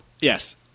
Yes